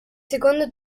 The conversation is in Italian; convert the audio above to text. secondo